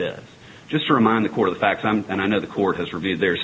this just to remind the court the facts i'm and i know the court has reviewed there's